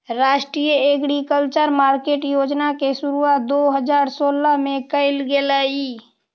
राष्ट्रीय agriculture market योजना के शुरुआत दो हज़ार सोलह में कैल गेलइ